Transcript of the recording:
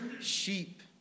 sheep